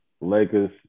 Lakers